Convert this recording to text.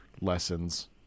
lessons